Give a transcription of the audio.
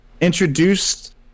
introduced